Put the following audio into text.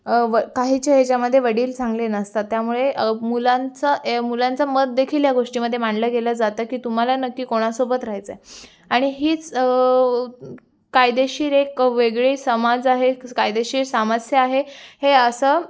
व काहीच्या याच्यामध्ये वडील चांगले नसतात त्यामुळे मुलांचा हे मुलांचं मतदेखील या गोष्टींमध्ये मांडल्या गेलं जातं की तुम्हाला नक्की कोणासोबत राहायचं आहे आणि हीच कायदेशीर एक वेगळी समाज आहे कायदेशीर समस्या आहे हे असं